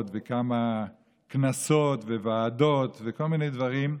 וכמה כנסות וועדות וכל מיני דברים.